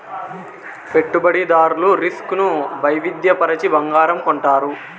పెట్టుబడిదారులు రిస్క్ ను వైవిధ్య పరచి బంగారం కొంటారు